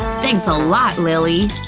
thanks a lot, lilly.